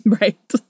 Right